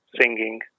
singing